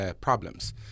problems